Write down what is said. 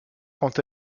quant